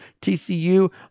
TCU